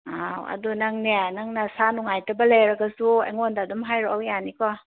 ꯑꯥꯎ ꯑꯗꯨ ꯅꯪꯅꯦ ꯅꯪ ꯅꯁꯥ ꯅꯨꯡꯉꯥꯏꯇꯕ ꯂꯩꯔꯒꯁꯨ ꯑꯩꯉꯣꯟꯗ ꯑꯗꯨꯝ ꯍꯥꯏꯔꯛꯑꯣ ꯌꯥꯅꯤꯀꯣ